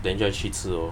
then just 去吃哦